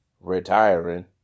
retiring